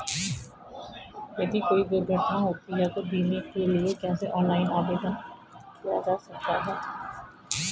यदि कोई दुर्घटना होती है तो बीमे के लिए कैसे ऑनलाइन आवेदन किया जा सकता है?